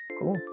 cool